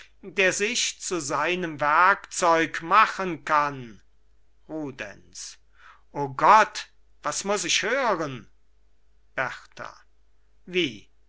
der sich zu seinem werkzeug machen kann rudenz o gott was muss ich hören berta wie